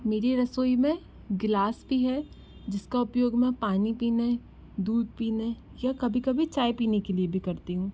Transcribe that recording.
मेरी रसोई में गिलास भी है जिसका उपयोग मैं पानी पीना दूध पीने या कभी कभी चाय पीने के लिए भी करती हूँ